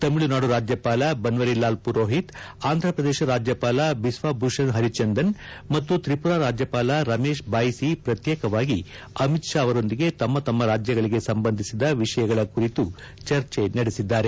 ತಮಿಳುನಾಡು ರಾಜ್ಯಪಾಲ ಬನ್ವರಿಲಾಲ್ ಪುರೋಹಿತ್ ಆಂಧಪ್ರದೇಶ ರಾಜ್ಯಪಾಲ ಬಿಸ್ವಾಭೂಷಣ್ ಹರಿಚಂದನ್ ಮತ್ತು ತ್ರಿಪುರಾ ರಾಜ್ಯಪಾಲ ರಮೇಶ್ ಬಾಯಿಸಿ ಶ್ರತ್ನೇಕವಾಗಿ ಅಮಿತ್ ಶಾ ಅವರೊಂದಿಗೆ ತಮ್ಮ ರಾಜ್ಯಗಳಿಗೆ ಸಂಬಂಧಿಸಿದ ವಿಷಯಗಳ ಕುರಿತು ಚರ್ಚೆ ನಡೆಸಿದ್ದಾರೆ